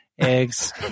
eggs